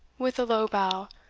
with a low bow,